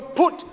put